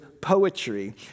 poetry